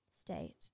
state